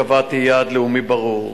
קבעתי יעד לאומי ברור: